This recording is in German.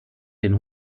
den